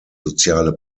soziale